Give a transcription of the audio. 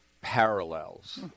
parallels